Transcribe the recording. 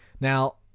Now